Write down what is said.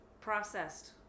processed